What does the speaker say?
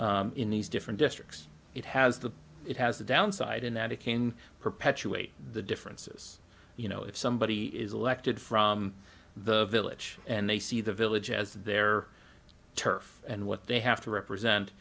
in these different districts it has the it has a downside in that it can perpetuate the differences you know if somebody is elected from the village and they see the village as their turf and what they have to represent